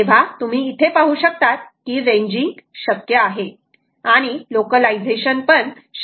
तेव्हा तुम्ही इथे पाहू शकतात की रेंजिंग शक्य आहे लोकलायझेशन पण शक्य आहे